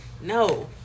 No